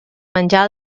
menjar